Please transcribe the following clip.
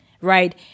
right